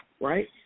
right